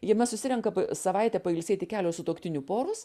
jame susirenka savaitę pailsėti kelios sutuoktinių poros